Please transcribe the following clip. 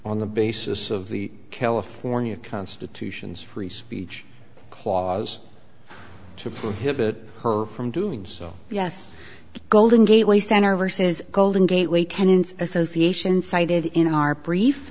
on the basis of the california constitution free speech clause to prohibit her from doing so yes the golden gate way center versus golden gate way tenants association cited in our brief